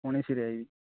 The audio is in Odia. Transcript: ଉଣେଇଶି ରେ ଆସିବି